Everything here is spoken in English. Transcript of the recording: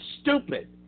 stupid